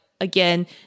again